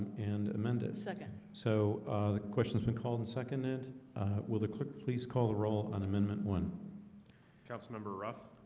and amend a second. so the question has been called and second. it will the clerk. please call the roll on amendment one councilmember rough.